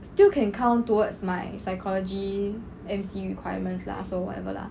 still can count towards my psychology M_C requirements lah so whatever lah